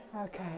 Okay